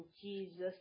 Jesus